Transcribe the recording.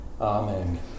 Amen